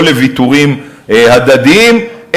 לא לוויתורים הדדיים,